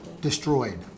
destroyed